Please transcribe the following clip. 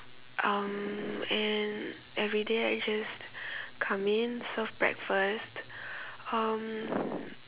um and everyday I just come in serve breakfast um